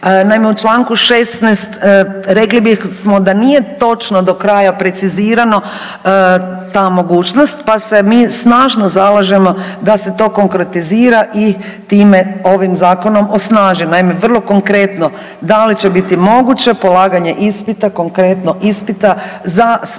u čl. 16 rekli bismo da nije točno do kraja precizirano ta mogućnost, pa se mi snažno zalažemo da se to konkretizira i time ovim zakonom osnaži. Naime, vrlo konkretno, da li će biti moguće polaganje ispita, konkretno ispita za znanja